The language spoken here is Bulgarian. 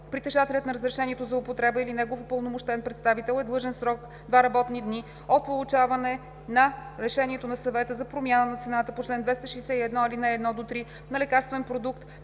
Притежателят на разрешението за употреба или негов упълномощен представител е длъжен в срок два работни дни от получаване на решението на съвета за промяна на цената по чл. 261а, ал. 1 – 3 на лекарствен продукт